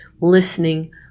listening